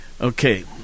Okay